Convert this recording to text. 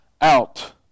out